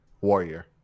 warrior